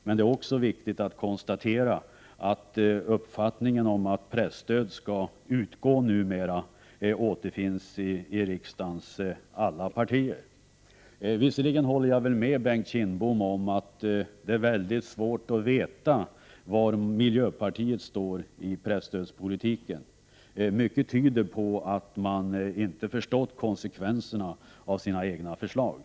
Men det är också viktigt att konstatera att uppfattningen om att presstöd skall utgå numera återfinns hos alla riksdagens partier. Visserligen håller jag med Bengt Kindbom om att det är svårt att veta var miljöpartiet står i presstödsfrågan. Men mycket tyder på att man inte har förstått konsekvenserna av sina egna förslag.